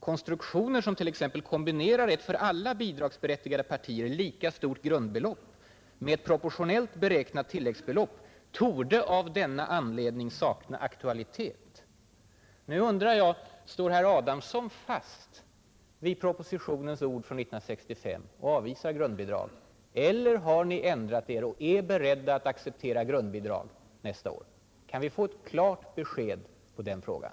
Konstruktioner, som t.ex. kombinerar ett för alla bidragsberättigade partier lika stort grundbelopp med ett proportionellt beräknat tilläggsbelopp, torde av denna anledning sakna aktualitet.” Nu undrar jag: Står herr Adamsson fast vid propositionens ord från 1965 och avvisar grundbidrag? Eller har ni ändrat er och är beredda att acceptera grundbidrag nästa år? Kan vi få ett klart besked i den frågan?